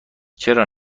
چرا